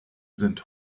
sind